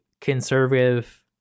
conservative